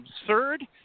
absurd